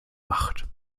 macht